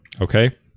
Okay